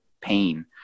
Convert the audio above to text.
pain